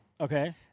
Okay